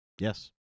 yes